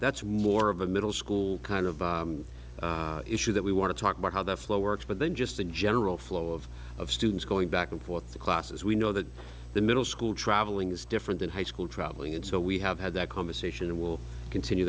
that's more of a middle school kind of issue that we want to talk about how the flow works but then just in general flow of of students going back and forth the classes we know that the middle school traveling is different than high school traveling and so we have had that conversation and will continue